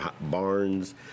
barns